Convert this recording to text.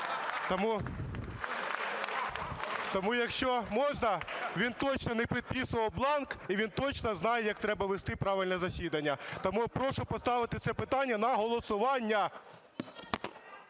Тому, якщо можна, він точно не підписував бланк і він точно знає, як треба вести правильно засідання. Тому прошу поставити це питання на голосування.